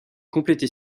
complétée